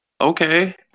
okay